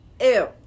ew